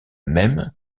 même